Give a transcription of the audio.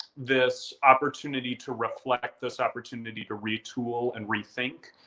this opportunity to reflect, this opportunity to retool and rethink